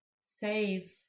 save